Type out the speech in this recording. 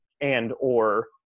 and/or